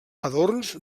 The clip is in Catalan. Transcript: adorns